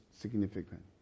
significant